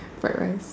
fried rice